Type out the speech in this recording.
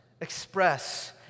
express